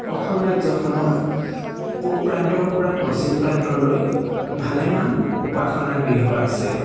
অসম ৰাজ্যখনৰ পূব প্ৰান্তৰ পৰা পশ্চিম প্ৰান্তলৈ ভালেমান উপাসনা গৃহ আছে